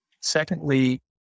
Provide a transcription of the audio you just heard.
Secondly